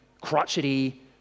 crotchety